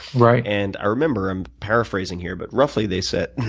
right. and i remember. i'm paraphrasing here, but roughly they said.